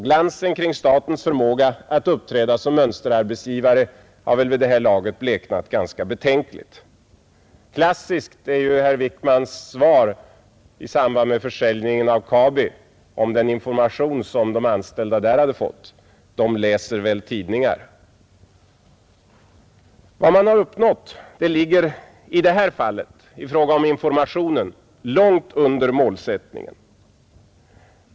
Glansen kring statens förmåga att uppträda som mönsterarbetsgivare har väl vid det här laget bleknat ganska betänkligt. Klassiskt är herr Wickmans svar, i samband med försäljningen av KABI, om den information som de anställda där hade fått: ”De läser väl tidningar.” Vad man har uppnått ligger i bästa fall när det gäller informationen långt under målsättningen.